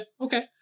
okay